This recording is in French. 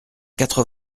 quatre